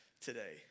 today